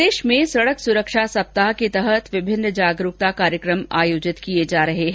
राज्य में सड़क सुरक्षा सप्ताह के तहत विभिन्न जागरूकता कार्यक्रम आयोजित किए जा रहे हैं